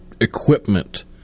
equipment